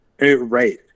Right